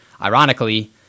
Ironically